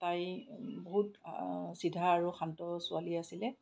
তাই বহুত চিধা আৰু শান্ত ছোৱালী আছিলে